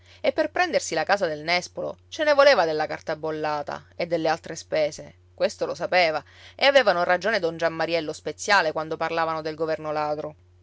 e per prendersi la casa del nespolo ce ne voleva della carta bollata e delle altre spese questo lo sapeva e avevano ragione don giammaria e lo speziale quando parlavano del governo ladro